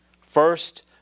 First